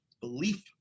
belief